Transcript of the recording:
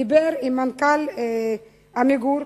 דיבר עם מנכ"ל "עמיגור",